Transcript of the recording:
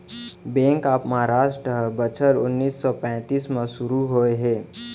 bank of Maharashtra ह बछर उन्नीस सौ पैतीस म सुरू होए हे